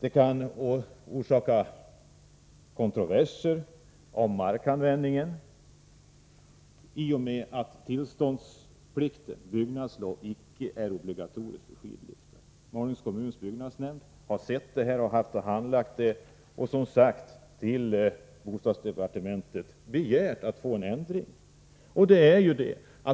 I och med att det icke är obligatoriskt med byggnadslov för skidliftar kan det bli kontroverser om markanvändningen. Malungs kommuns byggnadsnämnd har insett detta när den handlagt ärendet och, som sagt, hos bostadsdepartementet begärt att få en ändring.